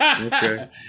okay